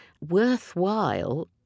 worthwhile